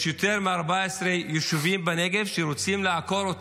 יש יותר מ-14 יישובים בנגב שרוצים לעקור.